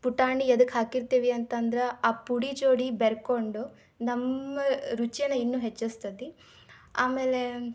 ಪುಟಾಣಿ ಎದಕ್ಕೆ ಹಾಕಿರ್ತೀವಿ ಅಂತಂದ್ರೆ ಆ ಪುಡಿ ಜೋಡಿ ಬೆರ್ಕೊಂಡು ನಮ್ಮ ರುಚಿಯನ್ನು ಇನ್ನೂ ಹೆಚ್ಚಿಸ್ತತಿ ಆಮೇಲೆ